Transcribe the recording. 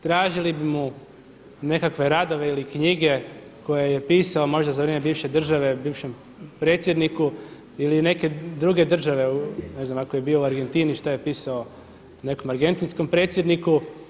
Tražili bi mu nekakve radove ili knjige koje je pisao možda za vrijeme bivše države bivšem predsjedniku ili neke druge države ne znam ako je bio u Argentini šta je pisao nekom argentinskom predsjedniku.